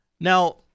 Now